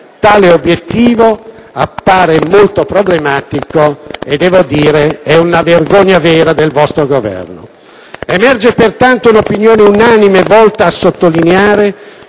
Tale obiettivo appare molto problematico e, devo dire, è una vera vergogna del vostro Governo. Emerge, pertanto, un'opinione unanime, volta a sottolineare